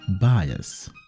bias